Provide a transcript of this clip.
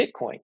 Bitcoin